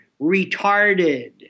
retarded